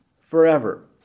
forever